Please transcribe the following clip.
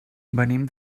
venim